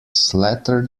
slater